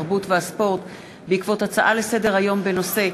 התרבות והספורט בעקבות דיון בנושא: